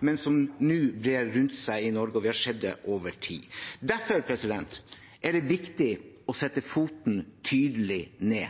men som nå brer rundt seg i Norge, og vi har sett det over tid. Derfor er det viktig å sette foten tydelig ned.